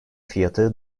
fiyatı